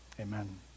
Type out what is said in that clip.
Amen